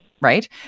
right